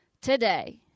today